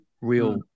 real